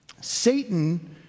Satan